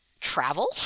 travel